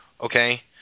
Okay